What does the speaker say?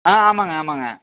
ஆ ஆமாங்க ஆமாங்க